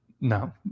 no